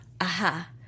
aha